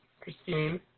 Christine